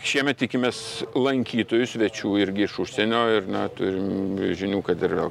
šiemet tikimės lankytojų svečių irgi iš užsienio ir na turim žinių kad ir